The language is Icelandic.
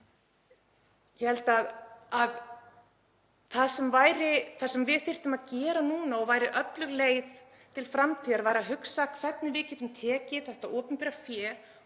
Ég held að það sem við þyrftum að gera núna og væri öflug leið til framtíðar væri að hugsa hvernig við getum tekið þetta opinbera fé